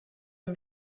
amb